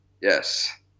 yes